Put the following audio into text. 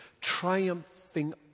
triumphing